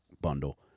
bundle